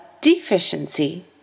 deficiency